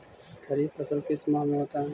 खरिफ फसल किस माह में होता है?